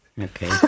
Okay